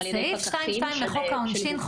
סעיף 222 לחוק העונשין,